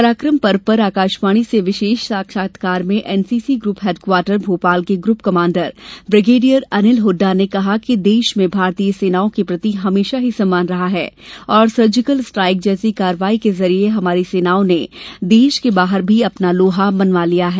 पराकम पर्व पर आकाशवाणी से विशेष साक्षात्कार में एनसीसी ग्रुप हेडक्वार्टर भोपाल के group commander brigadier Anil Hooda ने कहा कि देश में भारतीय सेनाओं के प्रति हमेशा ही सम्मान रहा है और सर्जिकल स्ट्राइक जैसी कार्यवाही के जरिए हमारी सेनाओं ने देश के बाहर भी अपना लोहा मनवा लिया है